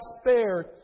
spare